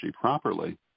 properly